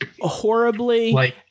horribly